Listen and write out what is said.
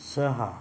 सहा